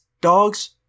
dogs